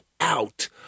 out